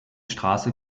straße